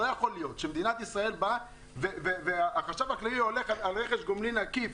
לא יכול להיות שהחשב הכללי עושה רכש גומלין עקיף.